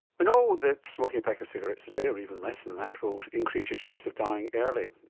we know that smoking a pack of cigarettes a day or even less than that will increase your chance of dying early.